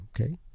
okay